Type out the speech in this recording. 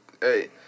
hey